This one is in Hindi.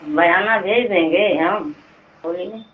बयाना भेज देंगे हम बोलिए